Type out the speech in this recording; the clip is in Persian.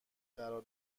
قرار